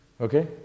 Okay